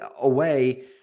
away